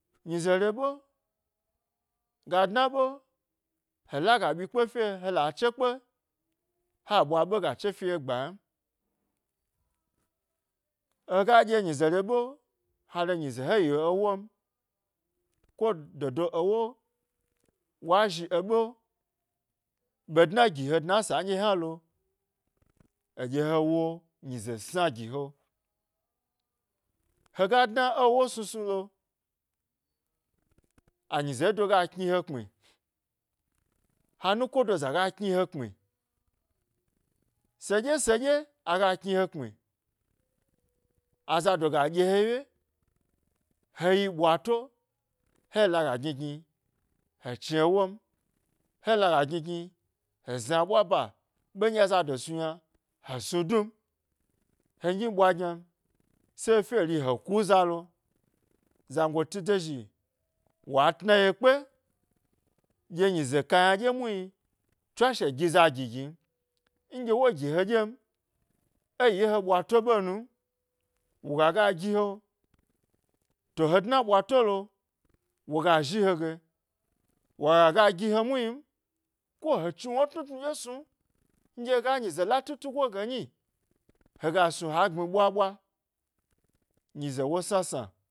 Ga dnaɓe he laga ɓyi kpe fye, hda chakpe ha ɓwa ɓe ga che fi he gba ynam. Hega ɗye nyize re ɓe, ha re nyize he yi e wo m, to dodo ewo wa zhi eɓe ɓe dna gi he dna esan ɗye hna lo eɗye he wo nyi sna gi he, hega dna ewo snu snu lo, anyizeri ga kni he kpmiha nuko do za ga kni he kpmi se ɗye se ɗye aga kni he kpmi aza do ga ɗye he ye, yi ɓwato he laga gni gni he chni ewo m, he laga gni gni he zna ɓwa ba ɓe aza snu yna, he snu dum, he nyi ɓwa gyna se efye ri he ku zalo zangoti do zhi wa tna ye kpe dye nyize ka yna dye mu hni tswashe giza gi gin, nɗye wo gi he ɗyem eyi e ɓwato ɓe nunu woga gagi he, to he dna ɓwatolo, woga zhi he ge woga gi he mu hni m ko ha chni wna tnu tnu de snu nɗye hega nyize latu tugo ge nyi hega snu ha gbmi ɓwa ɓwa, nyiza wo sna sna.